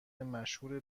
مشهور